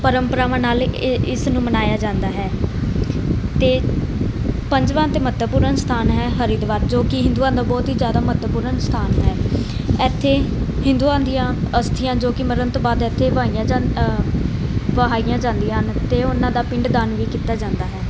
ਪਰੰਪਰਾਵਾਂ ਨਾਲ ਇਸ ਨੂੰ ਮਨਾਇਆ ਜਾਂਦਾ ਹੈ ਅਤੇ ਪੰਜਵਾਂ ਅਤੇ ਮਹੱਤਵਪੂਰਨ ਸਥਾਨ ਹੈ ਹਰਿਦੁਆਰ ਜੋ ਕਿ ਹਿੰਦੂਆਂ ਦਾ ਬਹੁਤ ਹੀ ਜ਼ਿਆਦਾ ਮਹੱਤਵਪੂਰਨ ਸਥਾਨ ਹੈ ਇੱਥੇ ਹਿੰਦੂਆਂ ਦੀਆਂ ਅਸਥੀਆਂ ਜੋ ਕਿ ਮਰਨ ਤੋਂ ਬਾਅਦ ਇੱਥੇ ਪਾਈਆਂ ਜਾ ਵਹਾਈਆਂ ਜਾਂਦੀਆਂ ਹਨ ਅਤੇ ਉਹਨਾਂ ਦਾ ਪਿੰਡ ਦਾਨ ਵੀ ਕੀਤਾ ਜਾਂਦਾ ਹੈ